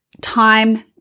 time